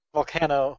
Volcano